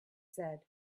said